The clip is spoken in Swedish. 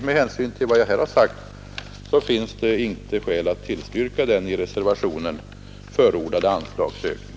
Med hänsyn till vad jag här har sagt finns det inte skäl att tillstyrka den i reservationen förordade anslagsökningen.